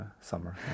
summer